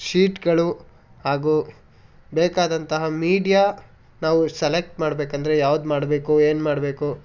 ಶೀಟ್ಗಳು ಹಾಗೂ ಬೇಕಾದಂತಹ ಮೀಡಿಯಾ ನಾವು ಸಲೆಕ್ಟ್ ಮಾಡಬೇಕೆಂದ್ರೆ ಯಾವ್ದು ಮಾಡಬೇಕು ಏನು ಮಾಡಬೇಕು